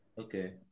Okay